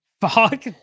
Fuck